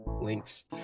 links